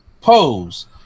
Pose